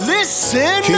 Listen